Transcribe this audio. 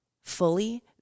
fully